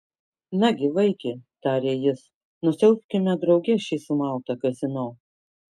nagi vaiki tarė jis nusiaubkime drauge šį sumautą kazino